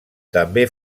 també